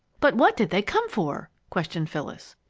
but what did they come for? questioned phyllis.